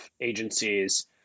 agencies